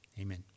Amen